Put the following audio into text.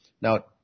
Now